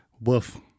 Woof